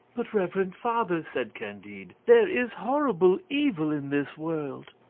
but, reverend father, said candide, there is horrible evil in this world.